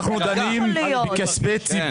אדוני היושב ראש, אנחנו דנים בכספי ציבור.